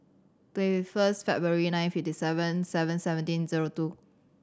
twenty first February nineteen fifty seven seven seventeen zero two